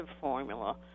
formula